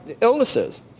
illnesses